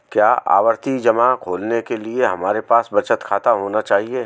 क्या आवर्ती जमा खोलने के लिए हमारे पास बचत खाता होना चाहिए?